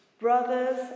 Brothers